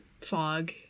fog